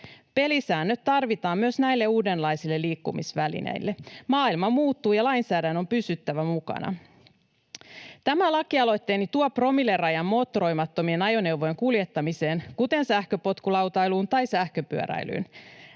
Pelisäännöt tarvitaan myös näille uudenlaisille liikkumisvälineille. Maailma muuttuu, ja lainsäädännön on pysyttävä mukana. Tämä lakialoitteeni tuo promillerajan moottoroimattomien ajoneuvojen kuljettamiseen, kuten sähköpotkulautailuun tai sähköpyöräilyyn.